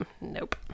Nope